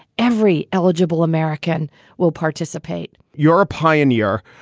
every eligible american will participate you're a pioneer.